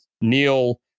Neil